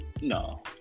No